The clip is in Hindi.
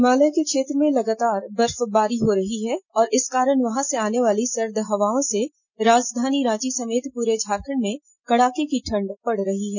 हिमालय के क्षेत्र में लगातार बर्फबारी हो रही है और इस कारण वहां से आने वाली सर्द हवाओं से राजधानी रांची समेत पूरे झारखंड में कड़ाके की ठंड पड़ रही है